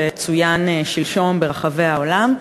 שצוין שלשום ברחבי העולם.